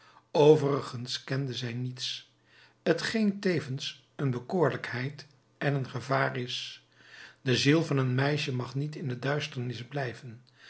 overigens kende zij niets t geen tevens een bekoorlijkheid en een gevaar is de ziel van een meisje mag niet in de duisternis blijven